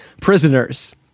prisoners